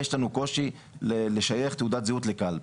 יש לנו קושי לשייך תעודת זהות לקלפי,